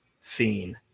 fiend